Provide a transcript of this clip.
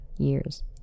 Years